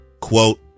Quote